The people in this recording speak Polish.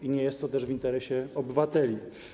I nie jest to też w interesie obywateli.